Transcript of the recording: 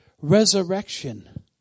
resurrection